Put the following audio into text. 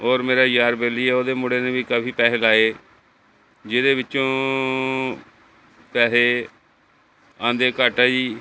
ਔਰ ਮੇਰਾ ਯਾਰ ਬੇਲੀ ਉਹਦੇ ਮੁੰਡੇ ਨੇ ਵੀ ਕਾਫੀ ਪੈਸੇ ਲਾਏ ਜਿਹਦੇ ਵਿੱਚੋਂ ਪੈਸੇ ਆਉਂਦੇ ਘੱਟ ਆ ਜੀ